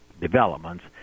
developments